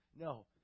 No